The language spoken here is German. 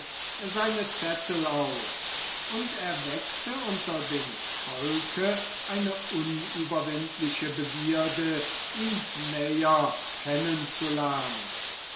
seine zettel aus und erweckte unter dem volke eine unüberwindliche begierde ihn näher kennenzulernen